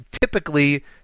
typically